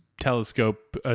telescope